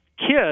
kids